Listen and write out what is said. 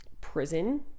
prison